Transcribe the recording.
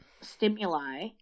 stimuli